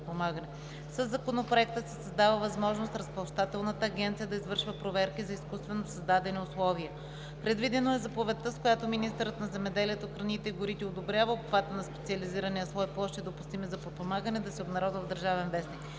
Със Законопроекта се създава възможност Разплащателната агенция да извършва проверки за изкуствено създадени условия. Предвидено е заповедта, с която министърът на земеделието, храните и горите одобрява обхвата на специализирания слой „площи, допустими за подпомагане“, да се обнародва в „Държавен вестник“.